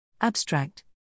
Abstract